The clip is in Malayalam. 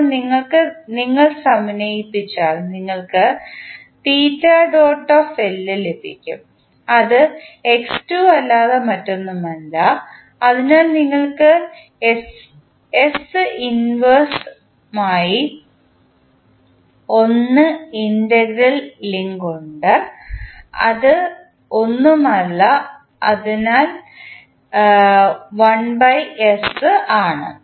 ഇപ്പോൾ നിങ്ങൾ സമന്വയിപ്പിച്ചാൽ നിങ്ങൾക്ക് ലഭിക്കും അത് x2 അല്ലാതെ മറ്റൊന്നുമല്ല അതിനാൽ നിങ്ങൾക്ക് യുമായി 1 ഇന്റഗ്രേറ്റർ ലിങ്ക് ഉണ്ട് അത് ഒന്നുമില്ല എന്നാൽ ആണ്